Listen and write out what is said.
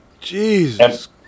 Jesus